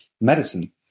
medicine